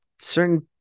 certain